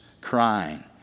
crying